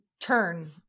turn